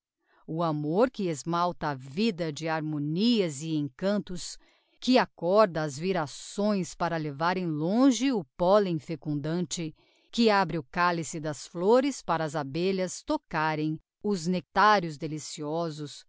o amor que esmalta a vida de harmonias e encantos que acorda as virações para levarem longe o pollen fecundante que abre o calyce das flores para as abelhas tocarem os nectarios deliciosos